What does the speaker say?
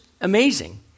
amazing